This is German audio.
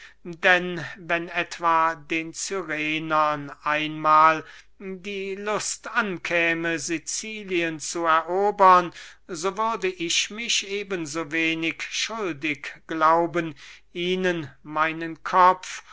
denn wenn etwa den cyrenern einmahl die lust ankäme sicilien zu erobern so würde ich mich eben so wenig schuldig glauben ihnen meinen kopf